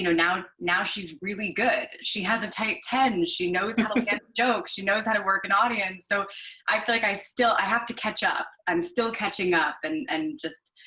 know, now now she's really good. she has a tight ten. she knows how to get jokes. she knows how to work an audience. so i feel like i still i have to catch up. i'm still catching up and and just,